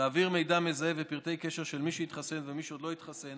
להעביר מידע מזהה ופרטי קשר של מי שהתחסן ומי שעוד לא התחסן